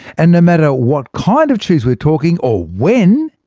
and no matter what kind of cheese we're talking, or when,